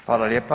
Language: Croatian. Hvala lijepa.